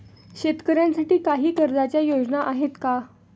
शेतकऱ्यांसाठी काही कर्जाच्या योजना आहेत का?